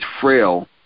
frail